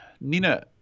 Nina